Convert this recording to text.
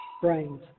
brains